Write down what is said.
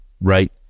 right